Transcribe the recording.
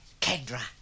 Kendra